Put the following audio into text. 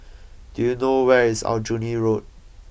do you know where is Aljunied Road